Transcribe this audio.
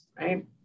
right